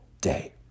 day